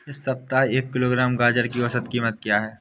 इस सप्ताह एक किलोग्राम गाजर की औसत कीमत क्या है?